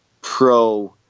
pro